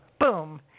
boom